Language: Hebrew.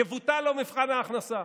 יבוטל לו מבחן ההכנסה.